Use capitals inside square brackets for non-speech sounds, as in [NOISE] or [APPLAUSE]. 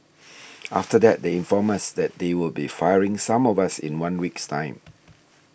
[NOISE] after that they informed us that they would be firing some of us in one week's time